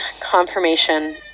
confirmation